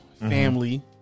Family